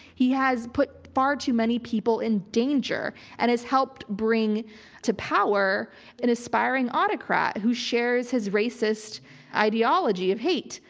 he has put far too many people in danger and has helped bring to power an aspiring autocrat who shares his racist ideology of hate.